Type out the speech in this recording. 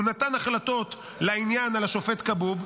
הוא נתן החלטות לעניין על השופט כבוב,